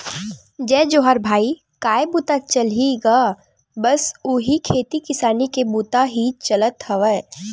जय जोहार भाई काय बूता चलही गा बस उही खेती किसानी के बुता ही चलत हवय